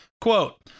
Quote